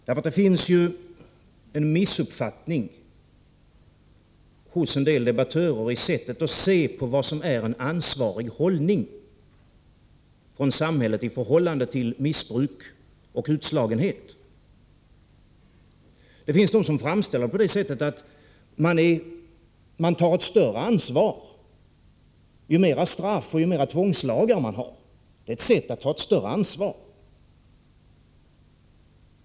Det finns ju en missuppfattning hos en del debattörer när det gäller sättet att se på vad som är en ansvarig hållning från samhällets sida i förhållande till missbruk och utslagning. Vissa debattörer framställer saken så, att man tar ett större ansvar ju mera straff och ju mera tvångslagar man har. Detta skulle alltså vara ett sätt att ta större ansvar.